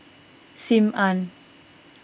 Sim Ann